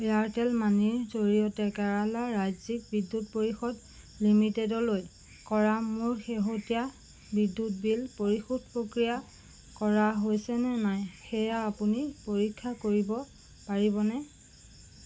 Airtel মানিৰ জৰিয়তে কেৰালা ৰাজ্যিক বিদ্যুৎ পৰিষদ লিমিটেডলৈ কৰা মোৰ শেহতীয়া বিদ্যুৎ বিল পৰিশোধ প্ৰক্ৰিয়া কৰা হৈছে নে নাই সেয়া আপুনি পৰীক্ষা কৰিব পাৰিবনে